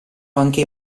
anche